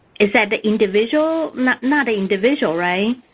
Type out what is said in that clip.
is that the individual? not not individual, right,